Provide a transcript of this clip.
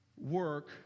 work